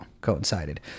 coincided